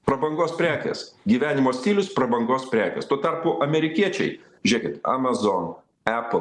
prabangos prekės gyvenimo stilius prabangos prekės tuo tarpu amerikiečiai žiūrėkit amazon apple